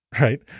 right